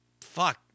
fuck